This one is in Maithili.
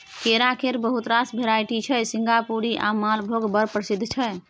केरा केर बहुत रास भेराइटी छै सिंगापुरी आ मालभोग बड़ प्रसिद्ध छै